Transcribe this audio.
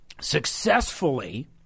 successfully